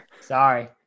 Sorry